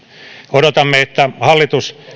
odotamme että hallitus